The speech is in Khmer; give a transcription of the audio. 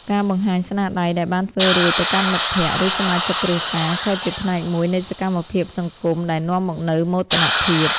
ការបង្ហាញស្នាដៃដែលបានធ្វើរួចទៅកាន់មិត្តភក្តិ ឬសមាជិកគ្រួសារ ក៏ជាផ្នែកមួយនៃសកម្មភាពសង្គមដែលនាំមកនូវមោទនភាព។